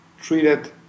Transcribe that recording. treated